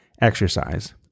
exercise